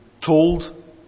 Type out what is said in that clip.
told